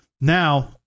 now